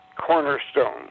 cornerstone